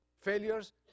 failures